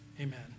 amen